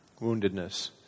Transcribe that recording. woundedness